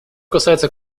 касается